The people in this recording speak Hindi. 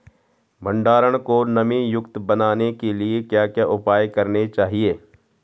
भंडारण को नमी युक्त बनाने के लिए क्या क्या उपाय करने चाहिए?